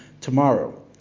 tomorrow